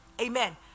Amen